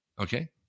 okay